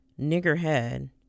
Niggerhead